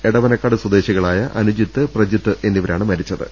എടവനക്കാട് സ്വദേശികളായ അനുജിത്ത് പ്രജിത്ത് എന്നിവരാണ് മരിച്ചത്